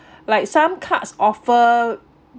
like some cards offer